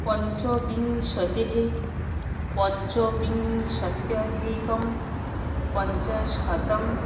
पञ्चविंशतिः पञ्चविंशत्यधिकं पञ्चशतं